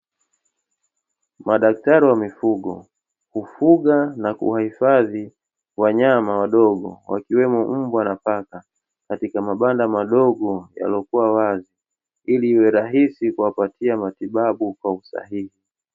Madaktari wa mifugo, hufuga na kuwahifadhi wanyama wadogo, wakiwemo mbwa na paka, katika mabanda madogo yaliyo kuwa wazi, ili iwe rahisi kuwapatia matibabu kwa usahihi.